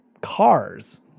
cars